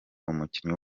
umukinnyi